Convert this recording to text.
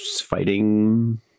fighting